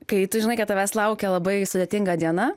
kai tu žinai kad tavęs laukia labai sudėtinga diena